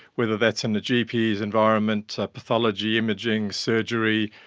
whether that's in the gp environment, pathology, imaging, surgery,